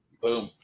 Boom